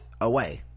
away